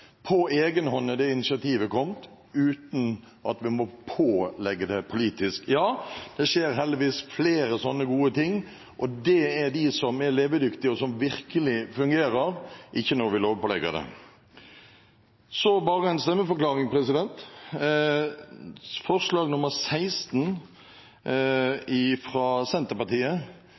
På egen hånd kom det initiativet, uten at vi måtte pålegge det politisk. Ja, det skjer heldigvis flere slike gode ting. Det er de som er levedyktige og virkelig fungerer – ikke de som blir lovpålagt. En stemmeforklaring: Forslag nr. 16 fra Senterpartiet er vel på